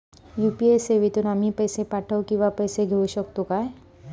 UPI सेवेतून आम्ही पैसे पाठव किंवा पैसे घेऊ शकतू काय?